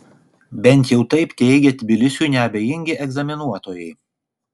bent jau taip teigia tbilisiui neabejingi egzaminuotojai